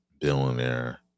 billionaire